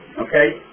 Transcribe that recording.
Okay